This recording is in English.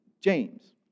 James